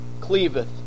cleaveth